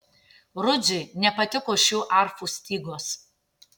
rudziui nepatiko šių arfų stygos